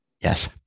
Yes